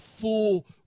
full